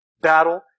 battle